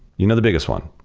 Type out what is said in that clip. you know the biggest one,